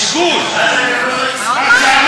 ואז אני אומר לה: קשקוש.